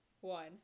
one